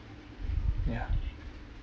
ya